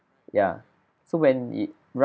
ya so when it